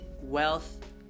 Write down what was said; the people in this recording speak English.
wealth